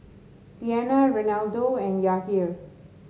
Tiana Reinaldo and Yahir